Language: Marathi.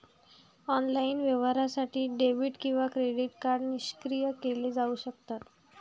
ऑनलाइन व्यवहारासाठी डेबिट किंवा क्रेडिट कार्ड निष्क्रिय केले जाऊ शकतात